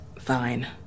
Fine